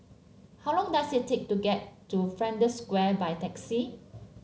how long does it take to get to Flanders Square by taxi